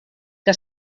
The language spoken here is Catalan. que